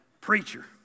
Preacher